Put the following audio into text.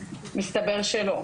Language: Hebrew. מסתבר שלא.